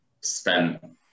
spent